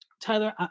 Tyler